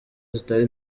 zitari